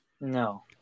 No